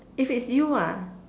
it's it's you ah